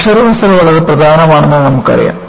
pressure vessel വളരെ പ്രധാനമാണെന്ന് നമ്മൾക്കറിയാം